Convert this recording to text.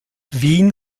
wien